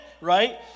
right